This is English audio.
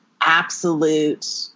absolute